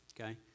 okay